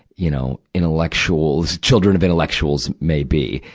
you know, intellectuals, children of intellectuals may be.